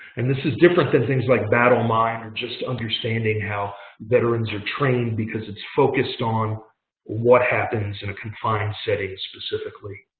and this is different than things like battle mind or just understanding how veterans are trained because it's focused on what happens in a confined setting specifically.